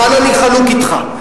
כאן אני חלוק אתך.